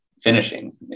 finishing